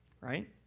right